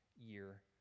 year